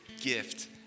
gift